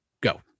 Go